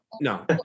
No